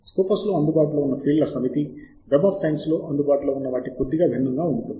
Scopus లో అందుబాటులో ఉన్న ఫీల్డ్ల సమితి వెబ్ సైన్స్లో అందుబాటులో ఉన్న వాటికి కొద్దిగా భిన్నంగా ఉంటుంది